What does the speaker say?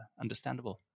understandable